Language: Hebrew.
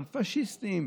פשיסטים.